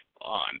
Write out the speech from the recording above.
on